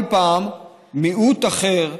כל פעם מיעוט אחר,